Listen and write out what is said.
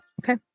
Okay